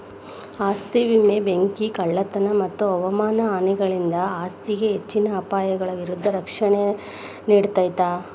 ಆಸ್ತಿ ವಿಮೆ ಬೆಂಕಿ ಕಳ್ಳತನ ಮತ್ತ ಹವಾಮಾನ ಹಾನಿಗಳಿಂದ ಆಸ್ತಿಗೆ ಹೆಚ್ಚಿನ ಅಪಾಯಗಳ ವಿರುದ್ಧ ರಕ್ಷಣೆ ನೇಡ್ತದ